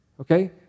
okay